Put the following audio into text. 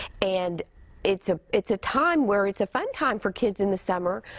and it's ah it's a time where it's a fun time for kids in the summer.